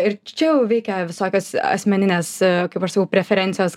ir čia jau veikia visokios asmeninės kaip aš sakau preferencijos